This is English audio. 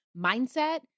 mindset